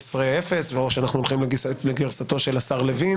0 או שאנחנו הולכים על פי גרסתו של השר לוין